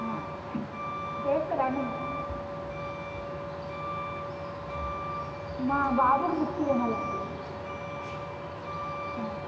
చేస్తారా అండి మా బాబుకు బుక్స్ కొనాలండి ఆ